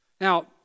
Now